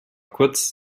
kurz